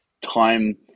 time